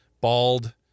bald